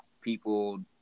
people